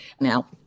Now